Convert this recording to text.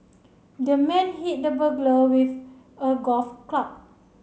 the man hit the burglar with a golf club